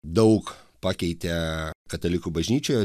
daug pakeitė katalikų bažnyčioje